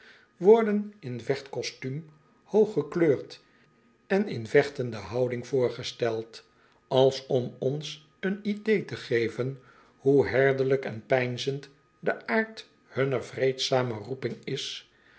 worden in vechtkostuum hooggekleurd en in vechtende houding voorgesteld als om ons een idee te geven hoe herderlijk en peinzend de aard hunner vreedzame roeping is